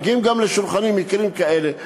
מגיעים גם לשולחני מקרים כאלה,